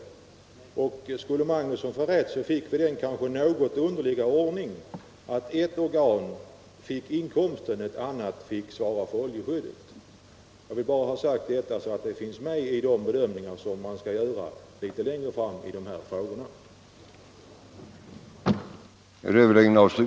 Skulle herr Magnusson få rätt, så fick vi den kanske något underliga ordningen att ett organ fick inkomsten, ett annat fick svara för oljeskadeskyddet. Jag vill bara ha sagt detta så att det finns med inför de bedömningar som man skall göra litet längre fram i dessa frågor.